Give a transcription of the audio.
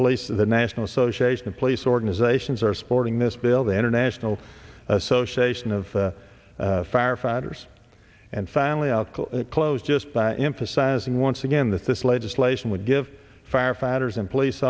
places the national association of police organizations are supporting this bill the international association of firefighters and family i'll call it closed just by emphasizing once again that this legislation would give firefighters and police